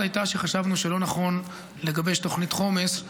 הייתה שחשבנו שלא נכון לגבש תוכנית חומש,